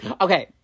Okay